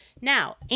Now